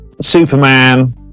Superman